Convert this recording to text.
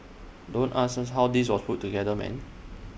don't ask us how this was put together man